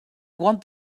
want